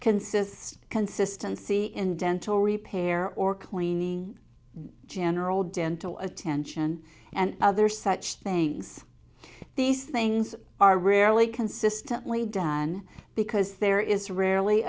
consist consistency in dental repair or cleaning general dental attention and other such things these things are rarely consistently done because there is rarely